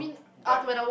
like